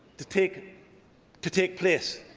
to take to take place.